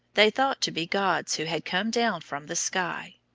they thought to be gods who had come down from the sky.